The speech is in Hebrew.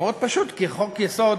מאוד פשוט: כי חוק-יסוד: